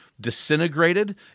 disintegrated